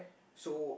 so